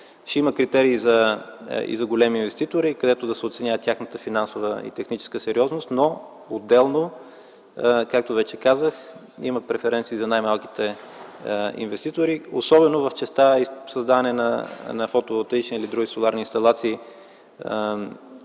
Ще има критерии и за големи инвеститори, по които да се оценява тяхната финансова и техническа сериозност, но отделно, както вече казах, има преференции за най-малките инвеститори, особено в частта създаване на фотоволтаични или други соларни инсталации